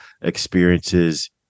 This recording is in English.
experiences